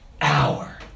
hour